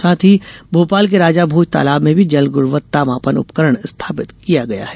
साथ ही भोपाल के राजा भोज तालाब में भी जल गुणवत्ता मापन उपकरण स्थापित किया गया है